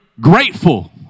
grateful